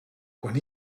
quan